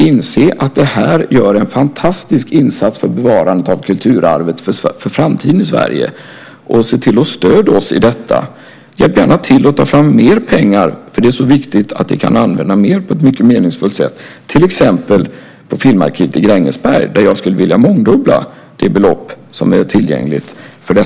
Inse att detta gör en fantastisk insats för bevarandet av kulturarvet för framtiden i Sverige! Se till att stödja oss i detta! Hjälp gärna till att ta fram mer pengar! Det är viktigt att vi kan använda mer på ett meningsfullt sätt - till exempel i Filmarkivet i Grängesberg, där jag skulle vilja mångdubbla det belopp som finns tillgängligt.